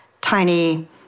tiny